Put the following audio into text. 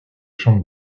champs